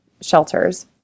shelters